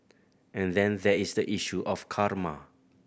and then there is the issue of karma